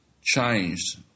changed